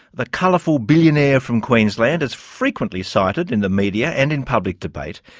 the colourful billionaire from queensland is frequently cited in the media and in public debate.